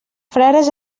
frares